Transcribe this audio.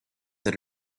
that